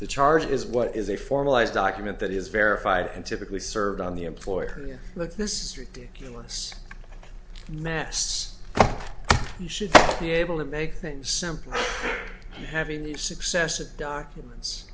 the charge is what is a formalized document that is verified and typically served on the employer like this is ridiculous mess and should be able to make things simpler having the success of documents